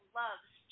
loves